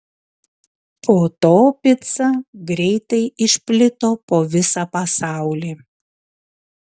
po to pica greitai išplito po visą pasaulį